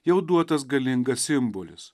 jau duotas galingas simbolis